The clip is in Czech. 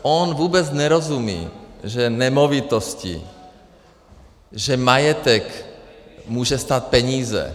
On vůbec nerozumí, že nemovitosti, majetek může stát peníze.